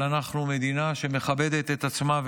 אבל אנחנו מדינה שמכבדת את עצמה,